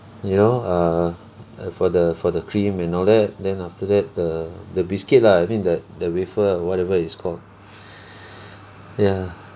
you know err uh for the for the cream and all that then after that the the biscuit lah I mean the the wafer whatever it's called ya